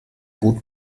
gut